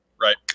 Right